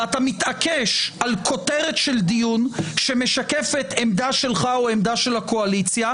ואתה מתעקש על כותרת של דיון שמשקפת עמדה שלך או עמדה של הקואליציה,